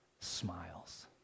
smiles